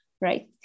right